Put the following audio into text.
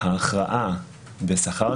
ההכרעה בשכר,